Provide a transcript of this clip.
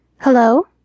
Hello